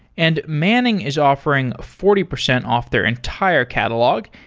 and manning is offering forty percent off their entire catalog,